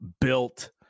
built